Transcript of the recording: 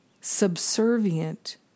subservient